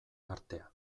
artea